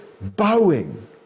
bowing